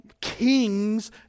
kings